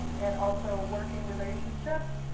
and also working relationships.